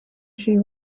she